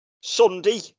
sunday